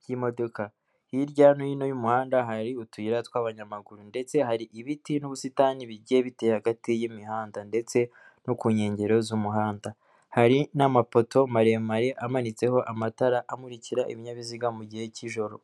by'imodoka. Hirya no hino y'umuhanda hari utuyira tw'abanyamaguru. Ndetse hari ibiti n'ubusitani bigiye biteye hagati y'imihanda, ndetse no ku nkengero z'umuhanda. Hari n'amapoto maremare amanitseho amatara amurikira ibinyabiziga mu gihe cy'ijoro.